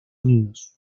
unidos